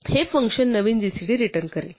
हे फंक्शन नवीन GCD return करेल